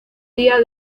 día